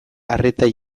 arreta